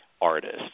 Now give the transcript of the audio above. artists